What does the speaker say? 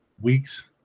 weeks